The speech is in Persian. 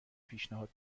پیشنهاد